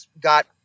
got